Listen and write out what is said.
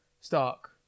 Stark